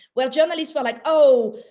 where journalists were like, oh,